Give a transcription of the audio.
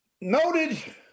noted